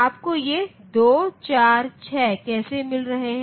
आपको ये 2 4 6 कैसे मिल रहे हैं